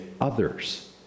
others